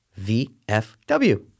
VFW